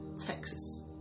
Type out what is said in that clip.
Texas